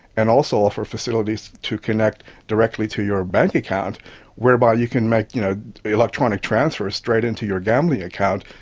and also offer facilities to connect directly to your bank account whereby you can make you know the electronic transfer straight into your gambling account,